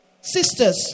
Sisters